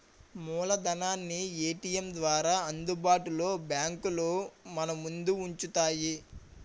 మూలధనాన్ని ఏటీఎం ద్వారా అందుబాటులో బ్యాంకులు మనముందు ఉంచుతాయి